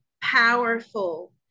powerful